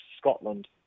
Scotland